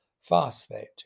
phosphate